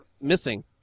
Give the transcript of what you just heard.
missing